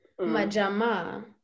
Majama